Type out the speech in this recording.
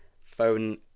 phone